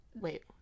Wait